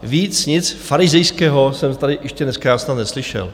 Víc nic farizejského jsem tady ještě dneska já snad neslyšel.